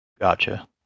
gotcha